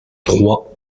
trois